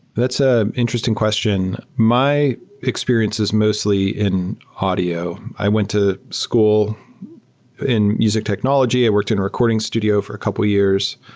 that's an ah interesting question. my experience is mostly in audio. i went to school in music technology. i worked in a recording studio for a couple years.